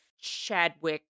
Chadwick